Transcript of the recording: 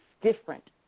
different